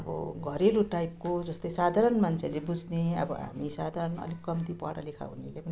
अब घरेलु टाइपको जस्तै साधारण मान्छेले बुझ्ने अब हामी साधारण अलिक कम्ती पढालेखा हुनेले पनि